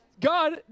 God